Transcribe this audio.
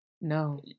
No